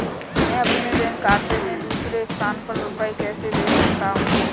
मैं अपने बैंक खाते से दूसरे स्थान पर रुपए कैसे भेज सकता हूँ?